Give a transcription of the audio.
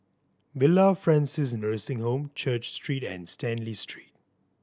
Villa Francis Nursing Home Church Street and Stanley Street